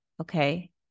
Okay